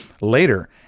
Later